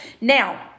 Now